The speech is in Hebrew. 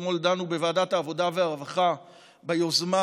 אתמול דנו בוועדת העבודה והרווחה ביוזמה